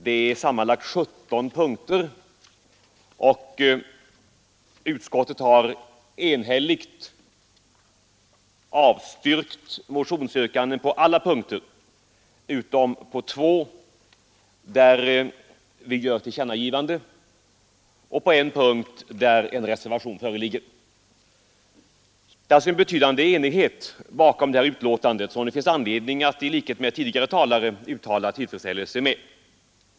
Det omfattar sammanlagt 17 punkter, och utskottet har enhälligt avstyrkt motionsyrkandena på alla punkter utom två, där utskottet föreslår att riksdagen skall ge Kungl. Maj:t till känna vad utskottet anfört, och en, där en reservation föreligger. Det föreligger alltså en betydande enighet bakom det här betänkandet, som det finns anledning att i likhet med tidigare talare uttala tillfredsställelse med.